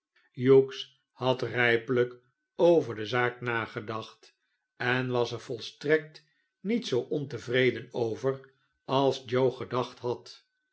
hughes had rypelijk over de zaak nagedacht en was er volstrekt niet zoo ontevreden over als joe gedacht had